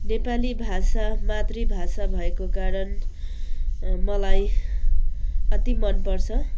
नेपाली भाषा मातृभाषा भएको कारण मलाई अति मन पर्छ